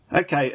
Okay